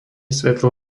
svetlo